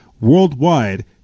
worldwide